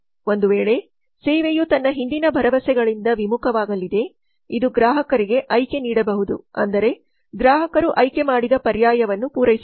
ಒಂದು ವೇಳೆ ಸೇವೆಯು ತನ್ನ ಹಿಂದಿನ ಭರವಸೆಗಳಿಂದ ವಿಮುಖವಾಗಲಿದೆ ಇದು ಗ್ರಾಹಕರಿಗೆ ಆಯ್ಕೆ ನೀಡಬಹುದು ಅಂದರೆ ಗ್ರಾಹಕರು ಆಯ್ಕೆ ಮಾಡಿದ ಪರ್ಯಾಯವನ್ನು ಪೂರೈಸಬಹುದು